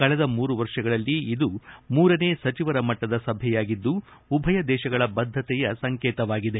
ಕಳೆದ ಮೂರು ವರ್ಷಗಳಲ್ಲಿ ಇದು ಮೂರನೇ ಸಚಿವರ ಮಟ್ಟದ ಸಭೆಯಾಗಿದ್ದು ಉಭಯ ದೇಶಗಳ ಬದ್ದತೆಯ ಸಂಕೇಶವಾಗಿದೆ